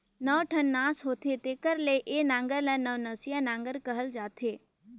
नौ ठन नास होथे तेकर ले ए नांगर ल नवनसिया नागर कहल जाथे